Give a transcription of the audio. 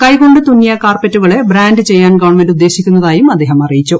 കൈകൊണ്ട് തുന്നിയ കാർപെറ്റുകളെ ബ്രാൻഡ് ചെയ്യാൻ ഗവൺമെന്റ് ഉദ്ദേശിക്കുന്നതായി അദ്ദേഹം അറിയിച്ചു